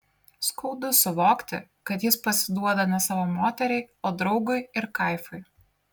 skaudu suvokti kad jis pasiduoda ne savo moteriai o draugui ir kaifui